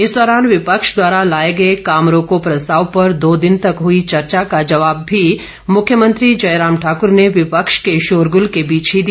इस दौरान विपक्ष द्वारा लाए गए काम रोको प्रस्ताव पर दो दिन तक हुई चर्चा का जवाब भी मुख्यमंत्री जयराम ठाकर ने विपक्ष के शोरगुल के बीच ही दिया